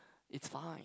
it's fine